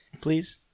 please